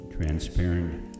transparent